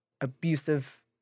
abusive